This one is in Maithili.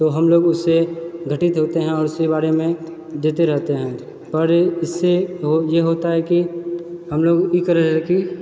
तो हमलोग उससे घटित होते है और उसके बारेमे देते रहते है पर इससे ये होता है कि हमलोग